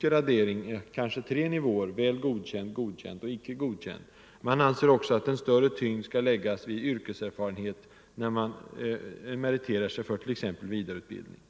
gradering, kanske tre nivåer, väl godkänd, godkänd och icke godkänd. Man anser också att en ökad tyngd skall läggas vid yrkeserfarenhet vid meritering för t.ex. vidareutbildning.